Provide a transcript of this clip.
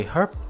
Herb